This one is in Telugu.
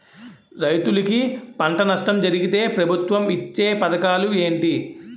రైతులుకి పంట నష్టం జరిగితే ప్రభుత్వం ఇచ్చా పథకాలు ఏంటి?